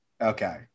Okay